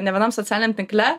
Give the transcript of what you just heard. ne vienam socialiniam tinkle